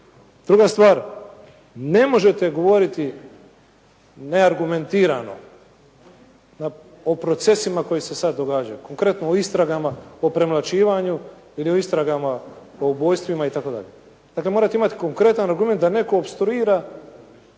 Druga stvar, ne možete govoriti neargumentirano o procesima koji se sada događaju. Konkretno o istragama o premlaćivanju ili o istragama o ubojstvima itd. Dakle morate imati konkretan argument da netko opstruira